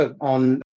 on